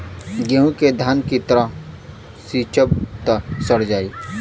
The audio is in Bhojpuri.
गेंहू के धान की तरह सींचब त सड़ जाई